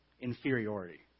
inferiority